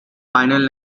final